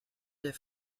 der